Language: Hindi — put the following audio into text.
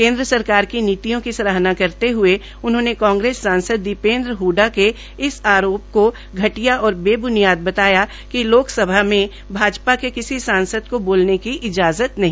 केन्द्र सरकार की नीतियों की सराहना करते हुए उन्होंने कांग्रेस सांसद दीपेन्द्र हडडा के इस आरोप को घटिया और वे ब्नियाद बताया कि लोकसभा में भाजपा ने किसी सांसद को बोलने की इजाज़त नहीं है